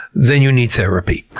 then you need therapy.